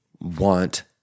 want